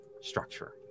structure